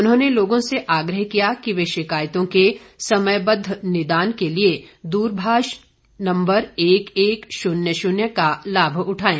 उन्होंने लोगों से आग्रह किया कि वे शिकायतों के समयबद्ध निदान के लिए दूरभाष नम्बर एक एक शून्य शून्य का लाभ उठाएं